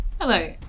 Hello